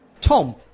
Tom